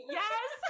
yes